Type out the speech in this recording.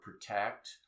protect